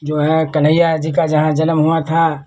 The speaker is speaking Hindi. जो है कन्हैया जी का जहाँ जनम हुआ था